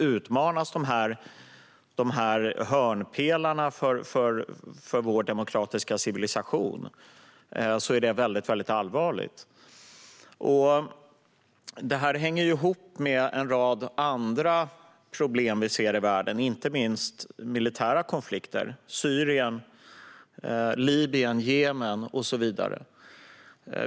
Om hörnpelarna för vår demokratiska civilisation utmanas är det väldigt allvarligt. Detta hänger ihop med en rad andra problem i världen, inte minst militära konflikter i Syrien, Libyen, Jemen och så vidare.